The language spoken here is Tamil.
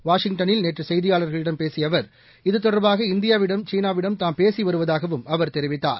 வாஷிங்டளில் நேற்று செய்தியாளர்களிடம் பேசிய அவர் இத்தொடர்பாக இந்தியாவிடமும் சீனாவிடமும் தாம் பேசி வருவதாகவும் அவர் தெரிவித்தார்